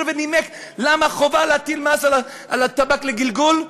ונימק למה חובה להטיל מס על הטבק לגלגול,